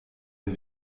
wir